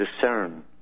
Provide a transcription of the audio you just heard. discern